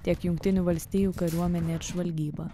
tiek jungtinių valstijų kariuomenė ir žvalgyba